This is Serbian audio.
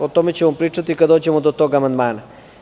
O tome ćemo pričati kada dođemo do tog amandmana.